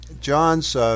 John's